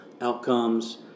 outcomes